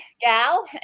gal